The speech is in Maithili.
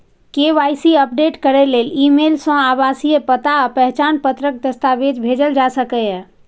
के.वाई.सी अपडेट करै लेल ईमेल सं आवासीय पता आ पहचान पत्रक दस्तावेज भेजल जा सकैए